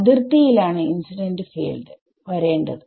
അതിർത്തിയിലാണ് incident field വരേണ്ടത്